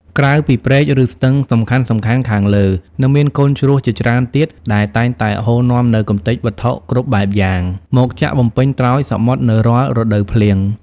ក្រៅពីព្រែក ឬស្ទឹងសំខាន់ៗខាងលើ នៅមានកូនជ្រោះជាច្រើនទៀតដែលតែងតែហូរនាំនូវកំទេចវត្ថុគ្រប់បែបយ៉ាង មកចាក់បំពេញត្រើយសមុទ្រនៅរាល់រដូវភ្លៀង។